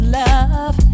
love